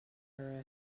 era